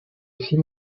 film